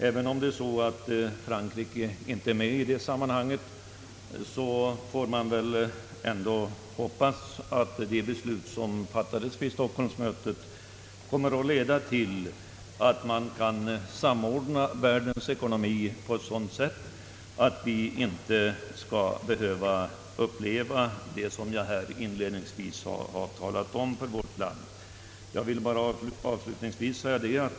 Även om Frankrike inte är med bland dessa länder får vi ändå hoppas att de beslut som fattades vid stockholmsmötet nyligen skall leda till att världens ekonomi kan samordnas, så att vi i vårt land inte behöver uppleva motsvarigheten till de åtgärder som man utomlands måst vidta.